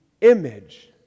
image